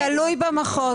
לא, כ-10% מקבלים.